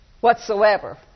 Whatsoever